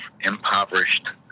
impoverished